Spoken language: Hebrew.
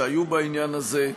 שהיו בעניין הזה.